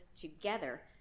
together